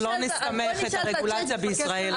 לא נסתמך את הרגולציה בישראל על זה.